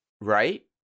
right